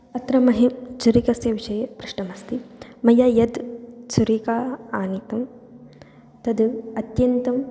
अत्र मह्यं छुरिकायाः विषये पृष्टमस्ति मया या छुरिका आनीता तद् अत्यन्ता